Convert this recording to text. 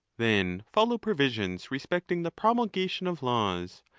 then follow provisions respecting the promulgation of laws,